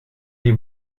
les